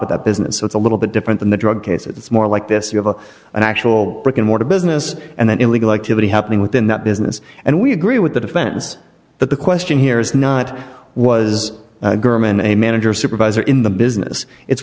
of that business so it's a little bit different than the drug case it's more like this you have an actual brick and mortar business and then illegal activity happening within that business and we agree with the defense but the question here is not was germann a manager or supervisor in the business it's